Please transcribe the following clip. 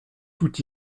tout